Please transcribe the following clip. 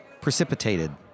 precipitated